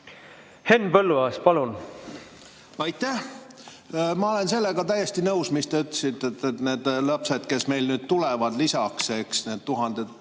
helistab kella.) Aitäh! Ma olen sellega täiesti nõus, mis te ütlesite, et need lapsed, kes meile nüüd tulevad lisaks, eks, need tuhanded